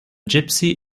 gypsy